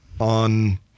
on